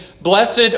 Blessed